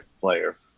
player